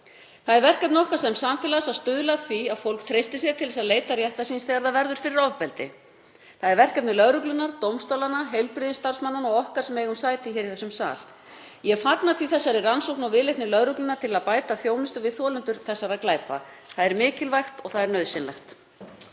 Það er verkefni okkar sem samfélags að stuðla að því að fólk treysti sér til að leita réttar síns þegar það verður fyrir ofbeldi. Það er verkefni lögreglunnar, dómstólanna, heilbrigðisstarfsmanna og okkar sem eigum sæti hér í þessum sal. Ég fagna því þessari rannsókn og viðleitni lögreglunnar til að bæta þjónustu við þolendur þessara glæpa. Það er mikilvægt og það er nauðsynlegt.